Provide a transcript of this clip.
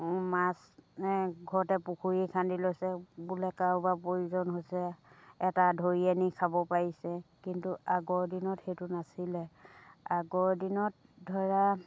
মাছ ঘৰতে পুখুৰী খান্দি লৈছে বোলে কাৰোবাৰ প্ৰয়োজন হৈছে এটা ধৰি আনি খাব পাৰিছে কিন্তু আগৰ দিনত সেইটো নাছিলে আগৰ দিনত ধৰা